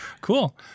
Cool